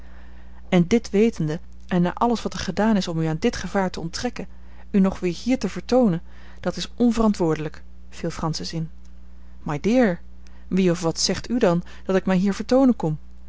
en dit wetende en na alles wat er gedaan is om u aan dit gevaar te onttrekken u nog weer hier te vertoonen dat is onverantwoordelijk viel francis in my dear wie of wat zegt ù dan dat ik mij hier vertoonen kom